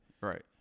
Right